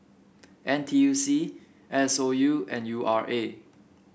N T U C S O U and U R A